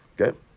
Okay